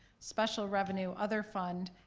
special revenue other fund,